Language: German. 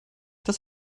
das